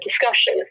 discussion